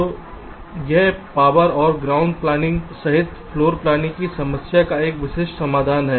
तो यह पावर और ग्राउंड प्लानिंग सहित फ्लोर प्लैनिंग की समस्या का एक विशिष्ट समाधान है